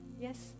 Yes